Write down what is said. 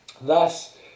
Thus